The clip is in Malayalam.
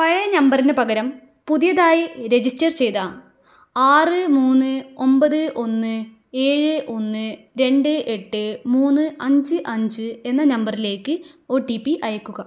പഴയ നമ്പറിന് പകരം പുതിയതായി രജിസ്റ്റർ ചെയ്ത ആറ് മൂന്ന് ഒമ്പത് ഒന്ന് ഏഴ് ഒന്ന് രണ്ട് എട്ട് മൂന്ന് അഞ്ച് അഞ്ച് എന്ന നമ്പറിലേക്ക് ഒ ടി പി അയയ്ക്കുക